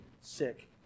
sick